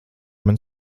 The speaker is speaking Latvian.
man